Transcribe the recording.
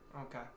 Okay